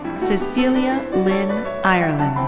cecilia lynn ireland.